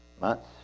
months